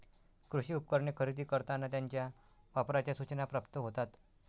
कृषी उपकरणे खरेदी करताना त्यांच्या वापराच्या सूचना प्राप्त होतात